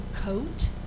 coat